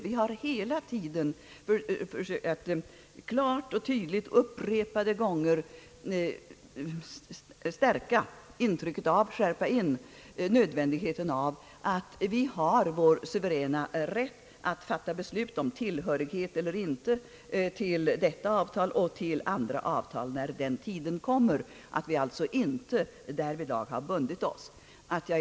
Vi har hela tiden försökt att inskärpa nödvändigheten av att ha kvar vår suveräna rätt att fatta beslut om tillhörighet eller inte till det avtal det här gäller och till andra avtal, när den tiden kommer, och vi har alltså inte därvidlag bundit oss i förväg.